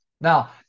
Now